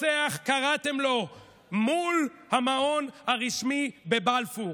קראתם לו רוצח מול המעון הרשמי בבלפור.